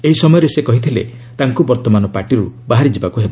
ଏହି ସମୟରେ ସେ କହିଥିଲେ ତାଙ୍କୁ ବର୍ତ୍ତମାନ ପାର୍ଟିରୁ ବାହାରିଯିବାକ୍ତ ହେବ